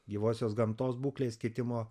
gyvosios gamtos būklės kitimo